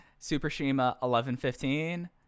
Supershima1115